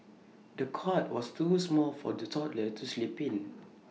the cot was too small for the toddler to sleep in